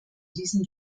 diesem